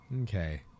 Okay